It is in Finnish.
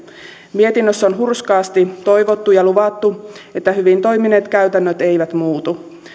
mietinnössä on hurskaasti toivottu ja luvattu että hyvin toimineet käytännöt eivät muutu